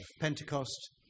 Pentecost